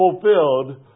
fulfilled